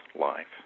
life